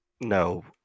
no